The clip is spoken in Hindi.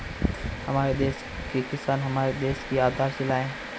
हमारे देश के किसान हमारे देश की आधारशिला है